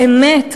באמת,